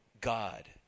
God